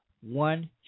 one